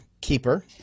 keeper